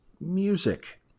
music